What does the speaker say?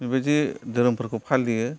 बेबादि धोरोमफोरखौ फालियो